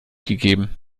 gegeben